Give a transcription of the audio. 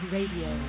Radio